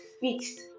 fixed